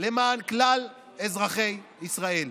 למען כלל אזרחי ישראל.